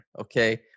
okay